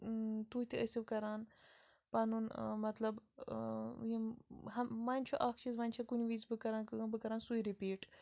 تُہۍ تہِ ٲسِو کران پَنُن مطلب یِم وۄنۍ چھُ اَکھ چیٖز وۄنۍ چھِ کُنہِ وِزِ بہٕ کران کٲم بہٕ کران سُے رِپیٖٹ